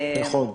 נכון.